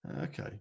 Okay